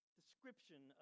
description